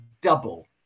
double